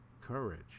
courage